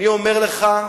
אני אומר לך: